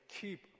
keep